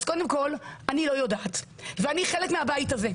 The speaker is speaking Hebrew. אני לא יודעת ואני חלק מהבית הזה.